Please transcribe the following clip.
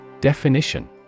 Definition